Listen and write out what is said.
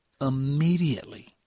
immediately